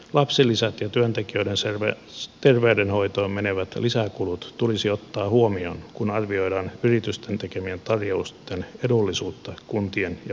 lapsilisät ja työntekijöiden terveydenhoitoon menevät lisäkulut tulisi ottaa huomioon kun arvioidaan yritysten teke mien tarjousten edullisuutta kuntien ja valtion hankkeissa